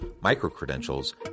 micro-credentials